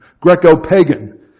Greco-pagan